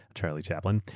charlie chaplin,